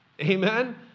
Amen